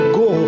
go